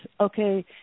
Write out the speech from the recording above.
okay